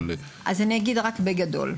אז אני אגיד רק בגדול.